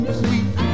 sweet